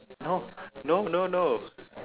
no no no no